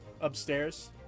upstairs